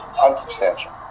Unsubstantial